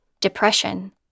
depression